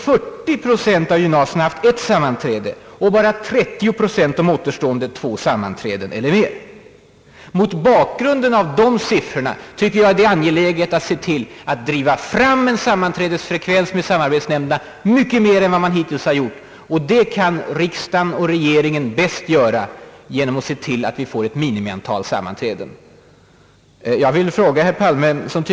40 procent av dem hade haft ett sammanträde, medan återstoden, alltså 30 procent, hade haft två eller flera sammanträden. Mot bakgrunden av dessa siffror tycker jag det är angeläget att försöka driva fram en högre sammanträdesfrekvens med samarbetsnämnderna än vad man hittills har gjort. Det kan nog riksdagen och regeringen bäst göra genom att se till att vi får ett minimiantal sammanträden.